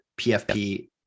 PFP